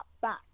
back